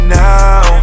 now